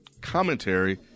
commentary